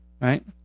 right